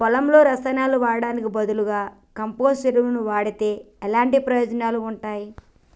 పొలంలో రసాయనాలు వాడటానికి బదులుగా కంపోస్ట్ ఎరువును వాడితే ఎలాంటి ప్రయోజనాలు ఉంటాయి?